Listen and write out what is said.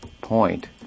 point